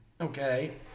okay